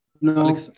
No